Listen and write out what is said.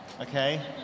Okay